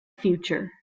future